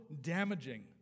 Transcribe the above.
damaging